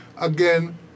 again